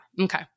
Okay